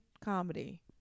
comedy